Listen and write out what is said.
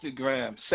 Instagram